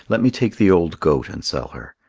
let me take the old goat and sell her.